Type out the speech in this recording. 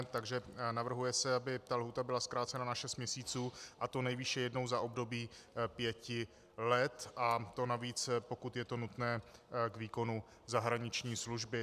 Takže se navrhuje, aby ta lhůta byla zkrácena na šest měsíců, a to nejvýše jednou za období pěti let, a to navíc, pokud je to nutné k výkonu zahraniční služby.